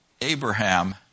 abraham